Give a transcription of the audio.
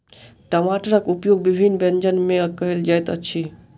टमाटरक उपयोग विभिन्न व्यंजन मे कयल जाइत अछि